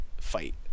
fight